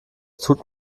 tut